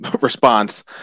response